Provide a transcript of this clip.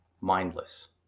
mindless